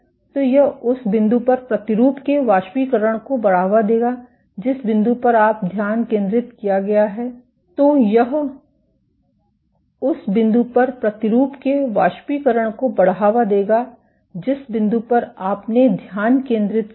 तो यह उस बिंदु पर प्रतिरूप के वाष्पीकरण को बढ़ावा देगा जिस बिंदु पर आपने ध्यान केंद्रित किया है